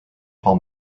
paul